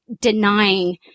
denying